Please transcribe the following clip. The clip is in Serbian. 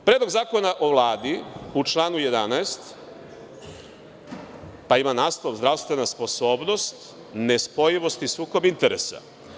Predlog zakona o Vladu u članu 11. pa ima naslov „Zdravstvena sposobnost, nespojivost i sukob interesa“